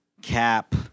Cap